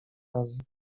razy